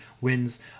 wins